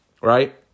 right